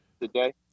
today